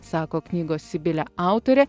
sako knygos sibilė autorė